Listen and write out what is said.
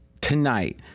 tonight